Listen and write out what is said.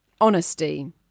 Honesty